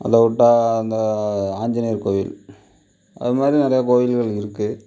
அதை விட்டால் இந்த ஆஞ்சநேயர் கோயில் அது மாதிரி நிறைய கோயில்கள் இருக்குது